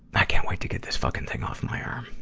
i can't wait to get this fucking thing off my arm.